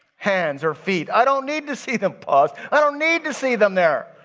hands or feet. i don't need to see them paws. i don't need to see them there.